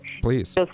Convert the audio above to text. Please